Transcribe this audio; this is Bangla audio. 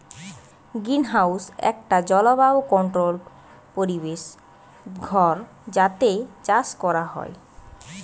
গ্রিনহাউস একটা জলবায়ু কন্ট্রোল্ড পরিবেশ ঘর যাতে চাষ কোরা হয়